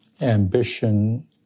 ambition